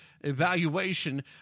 evaluation